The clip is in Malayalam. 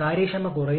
ഉപയോഗിക്കുന്നതിന് നമുക്ക് മറ്റൊരു സംഖ്യാ പ്രശ്നം പരിഹരിക്കാം